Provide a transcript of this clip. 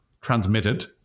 transmitted